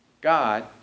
God